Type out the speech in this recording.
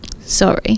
Sorry